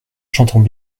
j’entends